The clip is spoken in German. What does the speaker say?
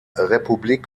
republik